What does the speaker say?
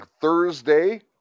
Thursday